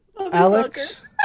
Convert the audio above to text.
Alex